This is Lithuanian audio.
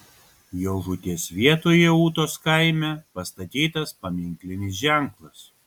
jo žūties vietoje ūtos kaime pastatytas paminklinis ženklas